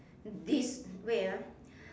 des~ wait ah